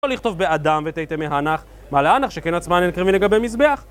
לא לכתוב באדם ותיתי מהנך, מה להנך שכן עצמן אין קרבים לגבי מזבח?